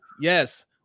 Yes